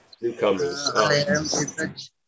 newcomers